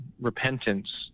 repentance